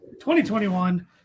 2021